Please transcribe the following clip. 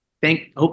thank